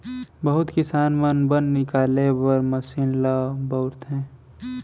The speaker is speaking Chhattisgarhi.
बहुत किसान मन बन निकाले बर मसीन ल बउरथे